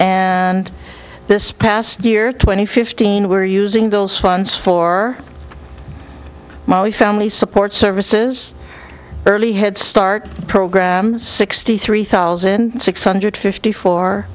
and this past year twenty fifteen were using those funds for my family support services early head start program sixty three thousand six hundred fifty fo